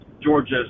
Georgia